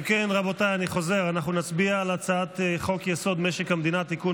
אנחנו נצביע על הצעת חוק-יסוד: משק המדינה (תיקון